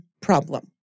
problem